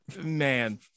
man